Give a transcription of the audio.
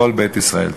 כל בית ישראל.